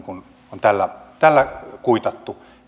on tällä tällä kuitattu